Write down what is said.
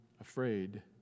afraid